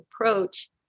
approach